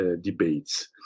debates